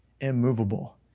immovable